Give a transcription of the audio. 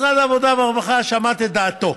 משרד העבודה והרווחה, שמעתי את דעתו.